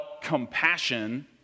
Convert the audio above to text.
compassion